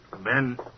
Ben